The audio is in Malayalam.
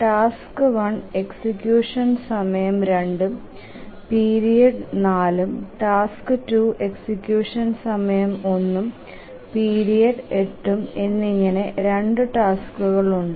ടാസ്ക് 1 എക്സിക്യൂഷൻ സമയം 2ഉം പിരീഡ് 4ഉം ടാസ്ക് 2 എക്സിക്യൂഷൻ സമയം 1ഉം പിരീഡ് 8ഉം എന്നിങ്ങനെ 2 ടാസ്ക്കുകൾ ഉണ്ട്